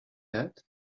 that